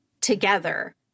together